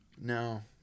No